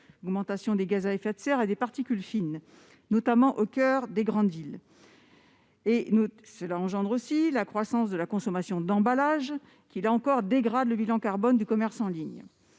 des émissions de gaz à effet de serre et de particules fines -, notamment au coeur des grandes villes. Cela entraîne aussi la croissance de la consommation d'emballages, ce qui dégrade encore le bilan carbone du commerce en ligne.